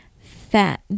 fat